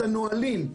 את הנהלים,